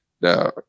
now